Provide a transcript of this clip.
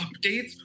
updates